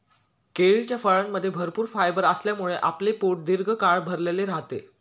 केळीच्या फळामध्ये भरपूर फायबर असल्यामुळे आपले पोट दीर्घकाळ भरलेले राहते